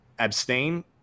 abstain